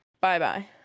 Bye-bye